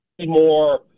more